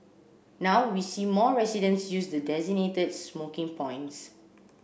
now we see more residents use the designated smoking points